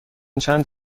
چند